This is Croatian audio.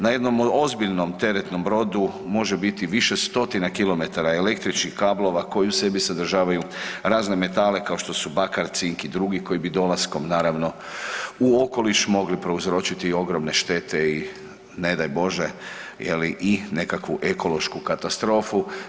Na jednom ozbiljnom teretnom brodu može biti više stotina kilometara električnih kablova koji u sebi sadržavaju razne metale kao što su bakar, cink i drugi koji bi dolaskom naravno u okoliš mogli prouzročiti ogromne štete i ne daj Bože i nekakvu ekološku katastrofu.